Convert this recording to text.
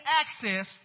access